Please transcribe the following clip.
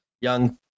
young